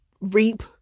reap